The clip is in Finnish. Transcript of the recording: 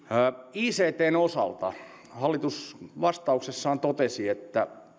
ictn osalta hallitus vastauksessaan totesi että